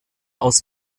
aus